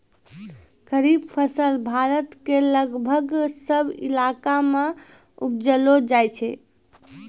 खरीफ फसल भारत के लगभग सब इलाका मॅ उपजैलो जाय छै